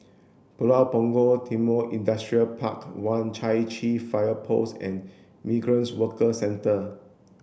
Pulau Punggol Timor Industrial Park one Chai Chee Fire Post and Migrant Workers Centre